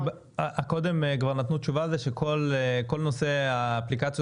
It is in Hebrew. קודם כבר נתנו תשובה על זה שכל נושא האפליקציות